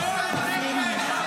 מפריעים לי.